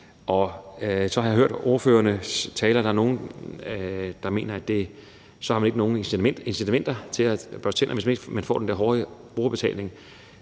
ud. Så har jeg hørt ordførernes taler, og der er nogle, der mener, at man ikke har noget incitament til at børste tænder, hvis ikke der er den der hårde brugerbetaling.